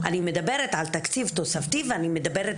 אני מדברת על תקציב תוספתי ואני מדברת